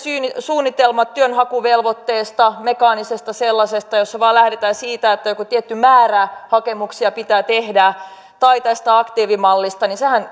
suunnitelmat työnhakuvelvoitteesta mekaanisesta sellaisesta jossa vain lähdetään siitä että joku tietty määrä hakemuksia pitää tehdä tästä aktiivimallista